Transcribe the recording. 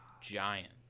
giant